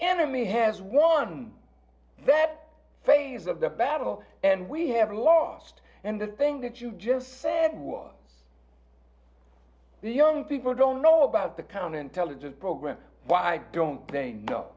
enemy has won that phase of the battle and we have lost and the thing that you just said was the young people don't know about the counterintelligence program why don't they know